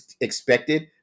expected